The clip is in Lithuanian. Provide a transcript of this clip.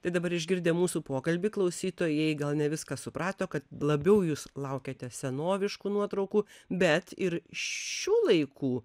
tai dabar išgirdę mūsų pokalbį klausytojai gal ne viską suprato kad labiau jūs laukiate senoviškų nuotraukų bet ir šių laikų